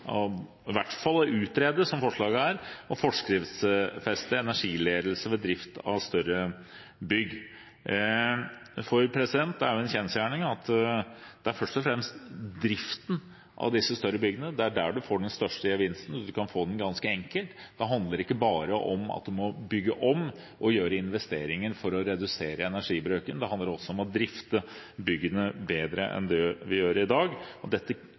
utrede, slik forslaget er – å forskriftsfeste energiledelse ved drift av større bygg. Det er en kjensgjerning at det først og fremst er i driften av disse større byggene du får den største gevinsten. Du kan få den ganske enkelt. Det handler ikke bare om at en må bygge om og gjøre investeringer for å redusere energibrøken. Det handler om å drifte byggene bedre enn det vi gjør i dag. Dette